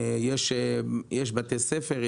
יש בתי ספר,